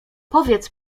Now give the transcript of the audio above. powiedz